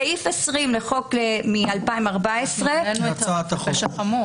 סעיף 20 לחוק מ-2014 --- אנחנו העלינו את זה לפשע חמור.